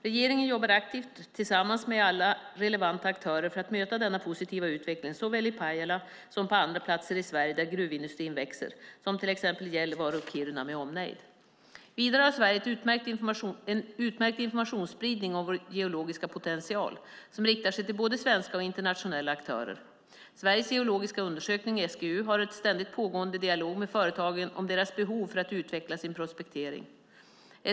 Regeringen jobbar aktivt tillsammans med alla relevanta aktörer för att möta denna positiva utveckling såväl i Pajala som på andra platser i Sverige där gruvindustrin växer, såsom till exempel i Gällivare och Kiruna med omnejd. Vidare har Sverige en utmärkt informationsspridning om vår geologiska potential som riktar sig till både svenska och internationella aktörer. Sveriges geologiska undersökning har en ständigt pågående dialog med företagen om deras behov för att utveckla sin prospektering.